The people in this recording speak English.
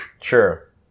Sure